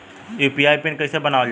UPI PIN कइसे बनावल जाला?